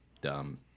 Dumb